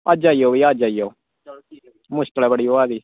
अज्ज आई जाओ भी अज्ज आई जाओ मुश्कल ऐ बड़ी होआ दी